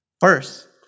First